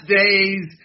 days